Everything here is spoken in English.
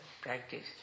practice